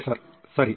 professor ಸರಿ